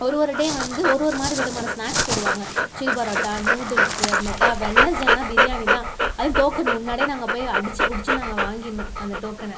ஒரு ஒரு டே வந்து ஒரு ஒரு மாதிரி விதமான ஸ்நாக்ஸ் போடுவாங்க சில் பரோட்டா நூடுல்ஸ் மெடா வெனெஸ்டேனா பிரியாணிதான் அதுவும் டோக்கன் முன்னாடியே நாங்கள் போய் அடிச்சு புடிச்சு நாங்க வாங்கிடணும் அந்த டோக்கனை